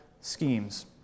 schemes